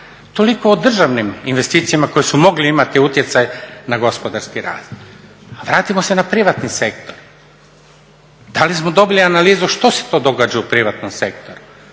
Toliko o državnim investicijama koje su mogle imati utjecaj na gospodarski rast. Vratimo se na privatni sektor. Da li smo dobili analizu što se to događa u privatnom sektoru?